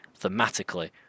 thematically